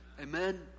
Amen